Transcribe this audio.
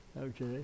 Okay